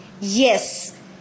Yes